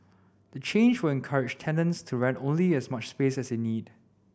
the change will encourage tenants to rent only as much space as they need